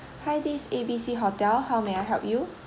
hi this A B C hotel how may I help you